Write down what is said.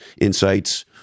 insights